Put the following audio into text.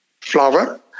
flower